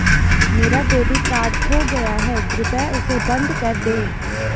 मेरा debit card खो गया है, कृपया उसे बंद कर दें